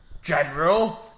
General